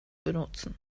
benutzen